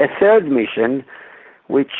a third mission which